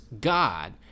God